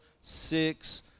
six